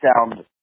sound